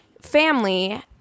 family